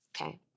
Okay